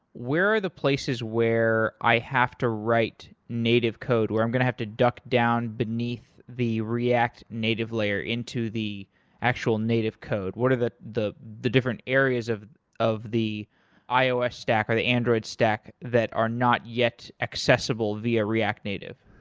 where are the places where i have to write native code, where i'm going to have to duck down beneath the react native layer into the actual native code. what are the the different areas of of the ios stack or the android stack that are not yet accessible via react native?